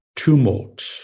Tumult